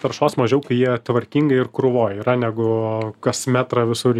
taršos mažiau kai jie tvarkingai ir krūvoj yra negu kas metrą visur